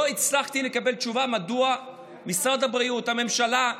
לא הצלחתי לקבל תשובה מדוע משרד הבריאות, הממשלה,